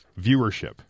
viewership